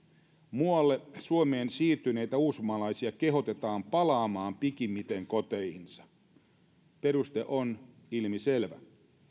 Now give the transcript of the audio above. muualle suomeen siirtyneitä uusmaalaisia kehotetaan palaamaan pikimmiten koteihinsa peruste on ilmiselvä